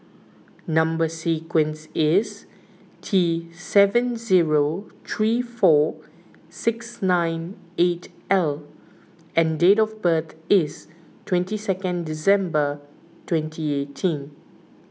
Number Sequence is T seven zero three four six nine eight L and date of birth is twenty second December twenty eighteen